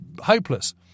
hopeless